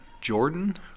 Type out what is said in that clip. Jordan